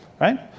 right